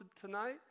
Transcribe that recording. tonight